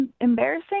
embarrassing